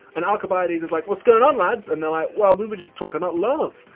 and alcibiades is like, what's going on lads? and they're like, well, we were just talking about love.